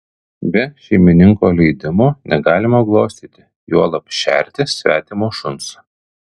be šeimininko leidimo negalima glostyti juolab šerti svetimo šuns